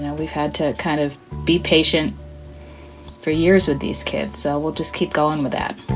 and we've had to kind of be patient for years with these kids, so we'll just keep going with that